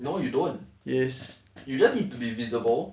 no you don't you just need to be visible